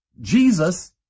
Jesus